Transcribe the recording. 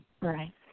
right